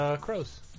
Crows